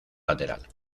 lateral